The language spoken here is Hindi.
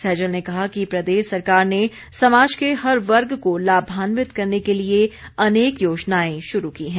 सैजल ने कहा कि प्रदेश सरकार ने समाज के हर वर्ग को लाभान्वित करने के लिए अनेक योजनाएं शुरू की हैं